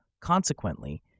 consequently